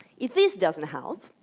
if this doesn't help,